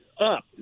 up